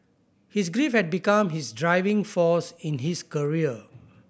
his grief had become his driving force in his career